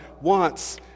wants